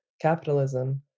capitalism